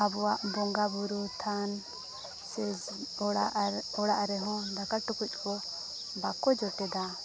ᱟᱵᱚᱣᱟᱜ ᱵᱚᱸᱜᱟ ᱵᱩᱨᱩ ᱛᱷᱟᱱ ᱥᱮ ᱚᱲᱟᱜ ᱟᱨ ᱚᱲᱟᱜ ᱨᱮᱦᱚᱸ ᱫᱟᱠᱟ ᱴᱩᱠᱩᱡ ᱠᱚ ᱵᱟᱠᱚ ᱡᱚᱴᱮᱫᱟ